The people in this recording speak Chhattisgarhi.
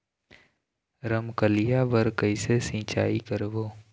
रमकलिया बर कइसे सिचाई करबो?